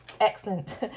excellent